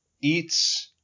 eats